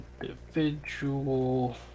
individual